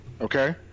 Okay